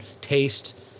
taste